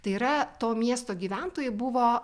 tai yra to miesto gyventojai buvo